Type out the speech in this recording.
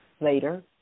later